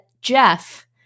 Jeff